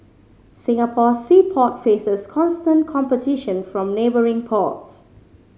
Singapore's sea port faces constant competition from neighbouring ports